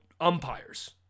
Umpires